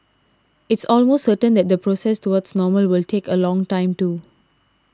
it's almost certain that the process towards normal will take a long time too